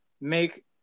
make